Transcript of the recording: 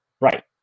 Right